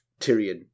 Tyrion